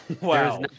Wow